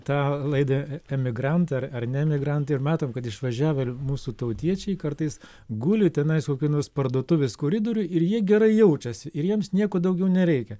tą laidą emigrantai ar ar ne emigrantai ir matom kad išvažiavo ir mūsų tautiečiai kartais guli tenais kokioj nors parduotuvės koridoriuj ir jie gerai jaučiasi ir jiems nieko daugiau nereikia